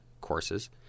courses